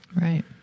Right